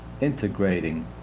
integrating